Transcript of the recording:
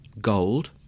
gold